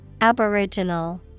Aboriginal